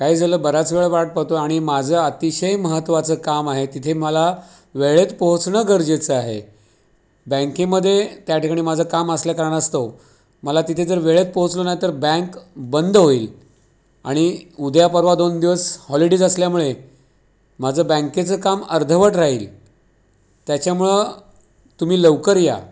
काय झालं बऱ्याच वेळा वाट पाहतोय आणि माझं अतिशय महत्त्वाचं काम आहे तिथे मला वेळेत पोहोचणं गरजेचं आहे बँकेमध्ये त्या ठिकाणी माझं काम असल्या कारणास्तव मला तिथे जर वेळेत पोहोचलं नाही तर बँक बंद होईल आणि उद्या परवा दोन दिवस हॉलिडेज असल्यामुळे माझं बँकेचं काम अर्धवट राहील त्याच्यामुळं तुम्ही लवकर या